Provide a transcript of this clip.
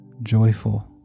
joyful